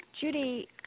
Judy